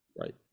Right